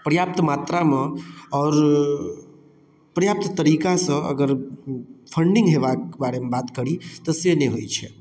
पर्याप्त मात्रा मे आओर पर्याप्त तरीका सँ अगर फंडिंग होयबाक बारेमे बात करी तऽ से नहि होइ छै